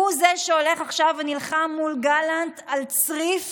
הוא זה שהולך עכשיו ונלחם מול גלנט על צריף